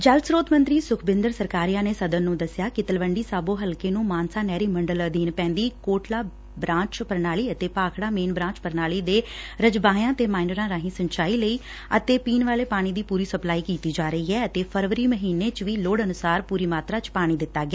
ਜਲ ਸਰੋਤ ਮੰਤਰੀ ਸੁਖਬਿੰਦਰ ਸਰਕਾਰੀਆ ਨੇ ਸਦਨ ਨੂੰ ਦਸਿਆ ਕਿ ਤਲਵੰਡੀ ਸਾਬੋ ਹਲਕੇ ਨੂੰ ਮਾਨਸਾ ਨਹਿਰੀ ਮੰਡਲ ਅਧੀਨ ਪੈਂਦੀ ਕੋਟਲਾ ਬੁਾਂਚ ਪ੍ਰਣਾਲੀ ਅਤੇ ਭਾਖੜਾ ਮੇਨ ਬੁਾਂਚ ਪ੍ਰਣਾਲੀ ਦੇ ਰਜਬਾਹਿਆਂ ਤੇ ਮਾਈਨਰਾਂ ਰਾਹੀ ਸਿੰਚਾਈ ਲਈ ਅਤੇ ਪੀਣ ਵਾਲੇ ਪਾਣੀ ਦੀ ਪੁਰੀ ਸਪਲਾਈ ਕੀਤੀ ਜਾ ਰਹੀ ਐ ਅਤੇ ਫਰਵਰੀ ਮਹੀਨੇ ਵਿੱਚ ਵੀ ਲੋੜ ਅਨੁਸਾਰ ਪੁਰੀ ਮਾਤਰਾ ਵਿਚ ਪਾਣੀ ਦਿੱਤਾ ਗਿਆ